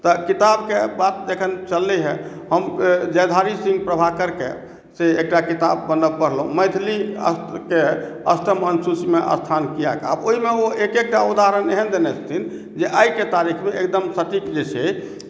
तऽ किताबके बात जखन चललै हेँ हम जयधारी सिंह प्रभाकरकेँ से एकटा किताब पढ़लहुँ मैथिलीकेँअष्टम अनुसूचीमे स्थान कियाक ने आ ओहिमे ओ एक एकटा उदहारण एहन देने छथिन जे आइके तारीखमे एकदम सटीक जे छै से